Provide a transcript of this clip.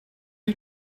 you